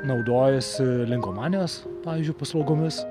naudojosi linkomanijos pavyzdžiui paslaugomis